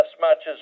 matches